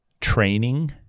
training